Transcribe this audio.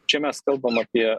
čia mes kalbam apie